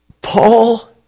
Paul